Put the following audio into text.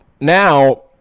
now